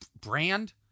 brand